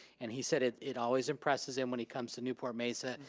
and he said it it always impresses him when he comes to newport mesa.